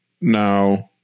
now